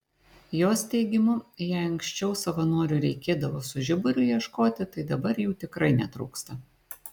jos teigimu jei anksčiau savanorių reikėdavo su žiburiu ieškoti tai dabar jų tikrai netrūksta